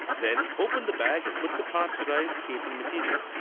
then open the bag and put the pasteurized casing material.